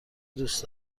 دوست